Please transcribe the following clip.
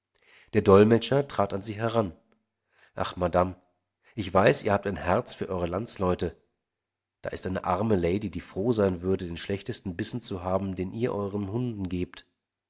der dolmetscher trat an sie heran ach madame ich weiß ihr habt ein herz für eure landsleute da ist eine arme lady die froh sein würde den schlechtesten bissen zu haben den ihr euren hunde gebt